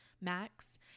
max